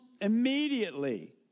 immediately